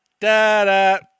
Da-da